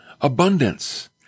abundance